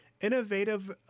Innovative